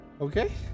Okay